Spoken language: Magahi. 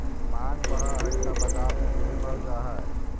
माँग बढ़ऽ हइ त बाजार मूल्य भी बढ़ जा हइ